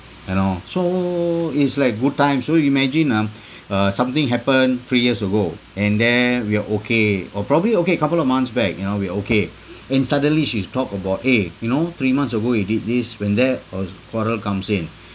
you know so it's like good times so imagine ah uh something happened three years ago and then we are okay or probably okay couple of months back you know we okay and suddenly she's talk about !hey! you know three months ago you did this when there was quarrel comes in